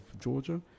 Georgia